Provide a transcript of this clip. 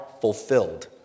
fulfilled